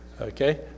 Okay